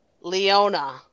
Leona